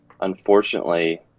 unfortunately